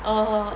err